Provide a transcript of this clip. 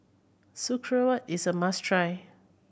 is a must try